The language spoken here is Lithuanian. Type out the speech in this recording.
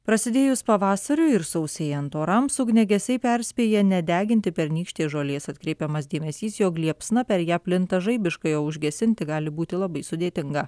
prasidėjus pavasariui ir sausėjant orams ugniagesiai perspėja nedeginti pernykštės žolės atkreipiamas dėmesys jog liepsna per ją plinta žaibiškai o užgesinti gali būti labai sudėtinga